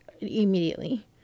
immediately